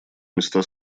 места